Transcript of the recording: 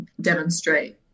demonstrate